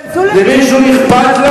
למישהו אכפת?